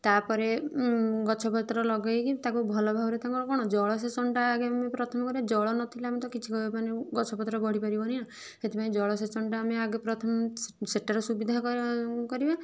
ତାପରେ ଗଛ ପତ୍ର ଲଗେଇକି ତାକୁ ଭଲଭାବେ ତାକୁ ଆଉ କଣ ଜଳସେଚନ ଟା ଆଗେ ଆମେ ପ୍ରଥମେ କରିବା ଜଳ ନଥିଲେ ଆମେ ତ କିଛି ଗଛପତ୍ର ବଢ଼ିପାରିବ ନା ସେଥିପାଇଁ ଜଳ ସେଚନଟା ଆମେ ଆଗ ପ୍ରଥମେ ସେ ସେଟାରେ ସୁବିଧା କରିବା